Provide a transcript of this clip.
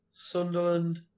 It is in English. Sunderland